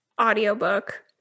audiobook